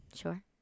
Sure